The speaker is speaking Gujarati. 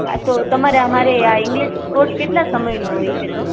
હા તો તમારે અમારી આ ઇંગ્લિશ કોર્સ કેટલા સમયનો હોય છે તો